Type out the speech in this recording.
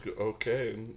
okay